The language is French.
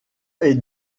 est